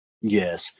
Yes